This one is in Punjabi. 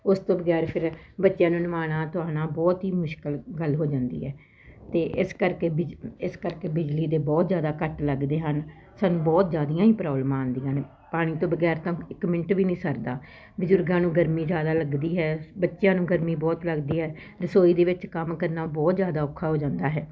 ਉਸ ਤੋਂ ਬਗੈਰ ਫਿਰ ਬੱਚਿਆਂ ਨੂੰ ਨਵਾਣਾ ਧਵਾਣਾ ਬਹੁਤ ਹੀ ਮੁਸ਼ਕਿਲ ਗੱਲ ਹੋ ਜਾਂਦੀ ਹੈ ਅਤੇ ਇਸ ਕਰਕੇ ਬਿਜ ਇਸ ਕਰਕੇ ਬਿਜਲੀ ਦੇ ਬਹੁਤ ਜ਼ਿਆਦਾ ਕੱਟ ਲੱਗਦੇ ਹਨ ਸਾਨੂੰ ਬਹੁਤ ਜ਼ਿਆਦੀਆਂ ਹੀ ਪ੍ਰੋਬਲਮਾਂ ਆਉਂਦੀਆਂ ਨੇ ਪਾਣੀ ਤੋਂ ਬਗੈਰ ਤਾਂ ਇੱਕ ਮਿੰਟ ਵੀ ਨਹੀਂ ਸਰਦਾ ਬਜ਼ੁਰਗਾਂ ਨੂੰ ਗਰਮੀ ਜ਼ਿਆਦਾ ਲੱਗਦੀ ਹੈ ਬੱਚਿਆਂ ਨੂੰ ਗਰਮੀ ਬਹੁਤ ਲੱਗਦੀ ਹੈ ਰਸੋਈ ਦੇ ਵਿੱਚ ਕੰਮ ਕਰਨਾ ਬਹੁਤ ਜ਼ਿਆਦਾ ਔਖਾ ਹੋ ਜਾਂਦਾ ਹੈ